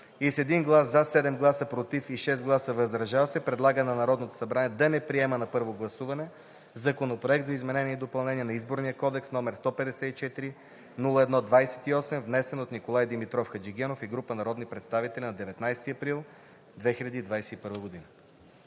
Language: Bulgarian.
с 1 глас „за“, 7 гласа „против“ и 6 гласа „въздържал се“ предлага на Народното събрание да не приеме на първо гласуване Законопроект за изменение и допълнение на Изборния кодекс, № 154-01-28, внесен от Николай Димитров Хаджигенов и група народни представители на 19 април 2021 г.“